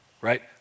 right